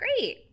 great